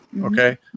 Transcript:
Okay